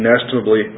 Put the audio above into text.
inestimably